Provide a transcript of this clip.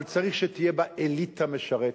אבל צריך שתהיה בה אליטה משרתת.